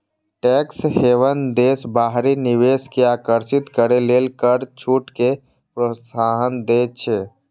tax haven देश बाहरी निवेश कें आकर्षित करै लेल कर छूट कें प्रोत्साहन दै छै